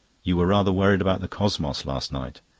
you were rather worried about the cosmos last night.